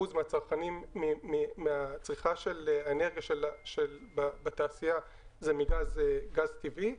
מצריכת האנרגיה בתעשייה זה מגז טבעי,